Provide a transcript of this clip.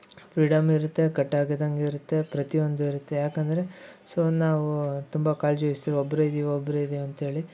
freedom ಇರುತ್ತೆ ಕಟ್ಟಾಗಿದಂಗೂ ಇರುತ್ತೆ ಪ್ರತಿಯೊಂದೂ ಇರುತ್ತೆ ಏಕಂದ್ರೆ ಸೊ ನಾವೂ ತುಂಬ ಕಾಳಜಿ ವಯ್ಸ್ತೀವಿ ಒಬ್ಬರೇ ಇದೀವಿ ಒಬ್ಬರೇ ಇದೀವಿ ಅಂತೇಳಿ